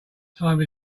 time